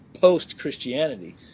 post-Christianity